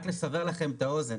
רק לסבר את האוזן,